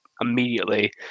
immediately